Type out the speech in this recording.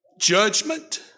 judgment